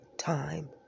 time